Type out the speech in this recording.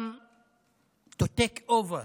שמטרתםto take over,